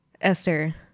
Esther